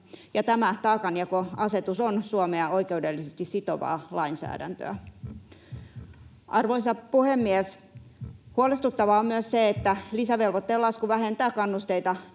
tämä taakanjakoasetus on Suomea oikeudellisesti sitovaa lainsäädäntöä. Arvoisa puhemies! Huolestuttavaa on myös se, että lisävelvoitteen lasku vähentää kannusteita